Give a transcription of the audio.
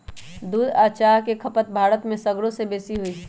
दूध आ चाह के खपत भारत में सगरो से बेशी हइ